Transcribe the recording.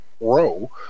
row